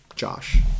Josh